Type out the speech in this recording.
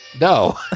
No